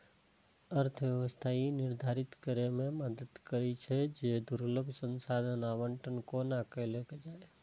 अर्थव्यवस्था ई निर्धारित करै मे मदति करै छै, जे दुर्लभ संसाधनक आवंटन कोना कैल जाए